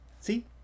See